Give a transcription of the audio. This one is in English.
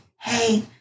hey